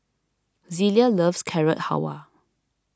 Zelia loves Carrot Halwa